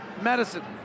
medicine